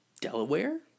Delaware